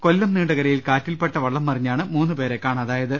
കൊല്ലം നീണ്ടകരയിൽ കാറ്റിൽപ്പെട്ട വള്ളം മറിഞ്ഞാണ് മൂന്നു പേരെ കാണാതായത്